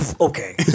Okay